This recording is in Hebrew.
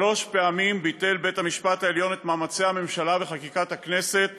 שלוש פעמים ביטל בית המשפט העליון את מאמצי הממשלה וחקיקת הכנסת